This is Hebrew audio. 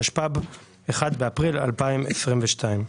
התשפ"ב (1 באפריל 2022)."